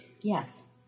Yes